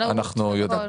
אנחנו יודעים.